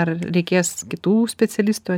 ar reikės kitų specialistų